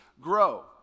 grow